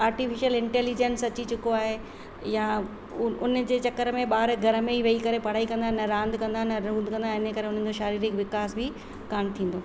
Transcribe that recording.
artificial intelligence अची चुको आहे या उन जे चकर में ॿार घर में ई वेही करे पढ़ाई कंदा आहिनि रांध कंदा आहिनि रूंध कंदा आहिनि इन करे उन्हनि जो शारीरिक विकास बि कोन थींदो